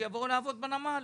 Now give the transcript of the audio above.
שיבואו לעבוד בנמל".